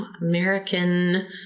American